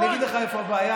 אני אגיד לך איפה הבעיה,